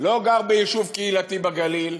לא גר ביישוב קהילתי בגליל,